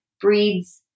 breeds